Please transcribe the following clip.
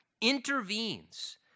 intervenes